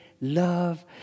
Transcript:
love